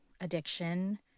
addiction